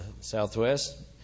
Southwest